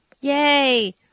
Yay